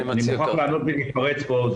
אני מוכרח להתפרץ פה.